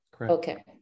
Okay